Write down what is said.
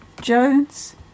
Jones